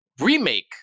remake